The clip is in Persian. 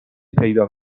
پیدا